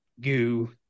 goo